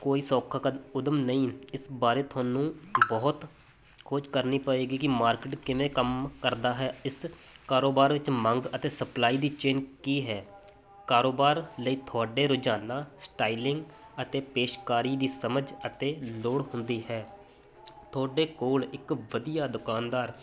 ਕੋਈ ਸੌਖਾ ਕਦ ਉੱਦਮ ਨਹੀਂ ਇਸ ਬਾਰੇ ਤੁਹਾਨੂੰ ਬਹੁਤ ਖੋਜ ਕਰਨੀ ਪਵੇਗੀ ਕਿ ਮਾਰਕੀਟ ਕਿਵੇਂ ਕੰਮ ਕਰਦਾ ਹੈ ਇਸ ਕਾਰੋਬਾਰ ਵਿੱਚ ਮੰਗ ਅਤੇ ਸਪਲਾਈ ਦੀ ਚੇਨ ਕੀ ਹੈ ਕਾਰੋਬਾਰ ਲਈ ਤੁਹਾਡੇ ਰੋਜ਼ਾਨਾ ਸਟਾਈਲਿੰਗ ਅਤੇ ਪੇਸ਼ਕਾਰੀ ਦੀ ਸਮਝ ਅਤੇ ਲੋੜ ਹੁੰਦੀ ਹੈ ਤੁਹਾਡੇ ਕੋਲ ਇੱਕ ਵਧੀਆ ਦੁਕਾਨਦਾਰ